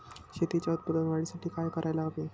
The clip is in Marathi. शेतीच्या उत्पादन वाढीसाठी काय करायला हवे?